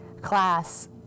class